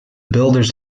builders